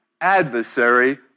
adversary